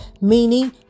meaning